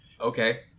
Okay